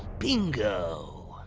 bingo!